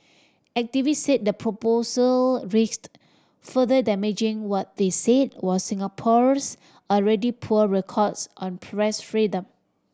activist say the proposal risked further damaging what they said was Singapore's already poor records on press freedom